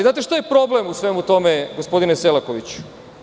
Znate li šta je problem u svemu tome, gospodine Selakoviću?